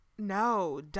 No